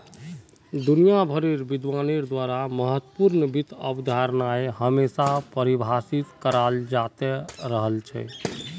दुनिया भरेर विद्वानेर द्वारा महत्वपूर्ण वित्त अवधारणाएं हमेशा परिभाषित कराल जाते रहल छे